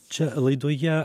čia laidoje